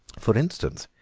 for instance,